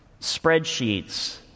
spreadsheets